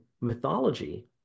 mythology